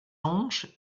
anges